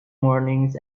mornings